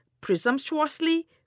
presumptuously